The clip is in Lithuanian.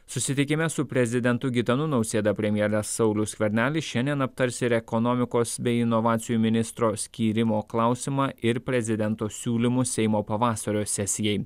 susitikime su prezidentu gitanu nausėda premjeras saulius skvernelis šiandien aptars ir ekonomikos bei inovacijų ministro skyrimo klausimą ir prezidento siūlymus seimo pavasario sesijai